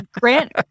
Grant